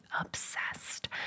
obsessed